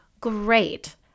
great